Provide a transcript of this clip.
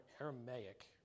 Aramaic